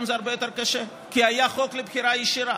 זה הרבה יותר קשה: כי היה חוק לבחירה ישירה,